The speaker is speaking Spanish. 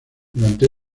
durante